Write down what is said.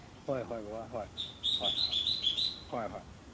ꯍꯣꯏ ꯍꯣꯏ ꯕꯕꯥ ꯍꯣꯏ ꯍꯣꯏ ꯍꯣꯏ ꯍꯣꯏ ꯍꯣꯏ